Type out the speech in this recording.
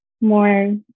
more